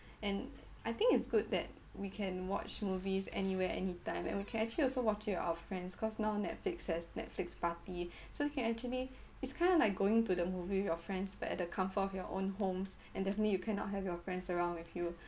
and I think it's good that we can watch movies anywhere anytime and we can actually also watch it with our friends cause now netflix has netflix party so you can actually it's kind of like going to the movie with your friends but at the comfort of your own homes and definitely you cannot have your friends around with you